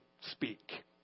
speak